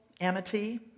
amity